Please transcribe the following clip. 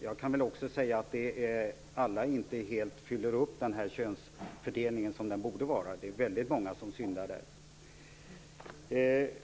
Jag kan också säga att inte alla helt fyller upp könsfördelningen. Det är många som syndar på den punkten.